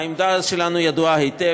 העמדה שלנו ידועה היטב.